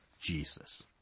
Jesus